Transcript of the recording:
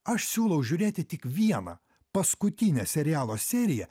aš siūlau žiūrėti tik vieną paskutinę serialo seriją